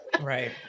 right